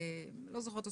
לא זוכרת,